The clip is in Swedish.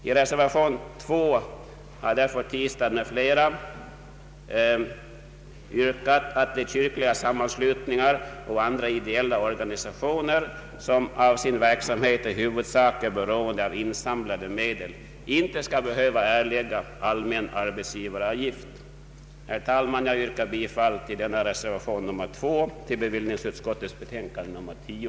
I reservation 2 av herr Tistad m.fl. yrkas därför att kyrkliga sammanslutningar och andra ideella organisationer som för sin verksamhet i huvudsak är beroende av insamlade medel icke skall behöva erlägga allmän arbetsgivaravgift. Herr talman! Jag yrkar bifall till reservation 2 vid bevillningsutskottets betänkande nr 10.